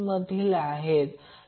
म्हणूनIVg Zg RL असेल